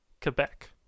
Quebec